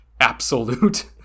absolute